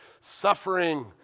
suffering